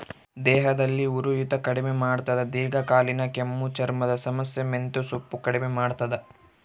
ದೇಹದಲ್ಲಿ ಉರಿಯೂತ ಕಡಿಮೆ ಮಾಡ್ತಾದ ದೀರ್ಘಕಾಲೀನ ಕೆಮ್ಮು ಚರ್ಮದ ಸಮಸ್ಯೆ ಮೆಂತೆಸೊಪ್ಪು ಕಡಿಮೆ ಮಾಡ್ತಾದ